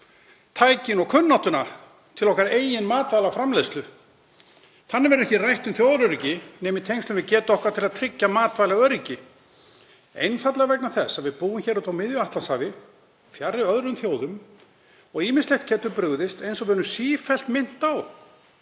tæki og kunnáttu til okkar eigin matvælaframleiðslu. Þannig verður ekki rætt um þjóðaröryggi nema í tengslum við getu okkar til að tryggja matvælaöryggi, einfaldlega vegna þess að við búum hér úti á miðju Atlantshafi, fjarri öðrum þjóðum, og ýmislegt getur brugðist, eins og við erum sífellt minnt á,